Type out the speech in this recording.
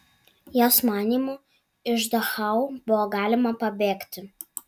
jos manymu iš dachau buvo galima pabėgti